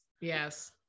Yes